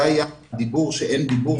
זה בתגובה למה שנאמר שאין דיבור.